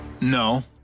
No